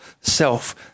self